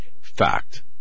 fact